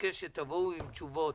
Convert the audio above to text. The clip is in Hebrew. שתבואו עם תשובות,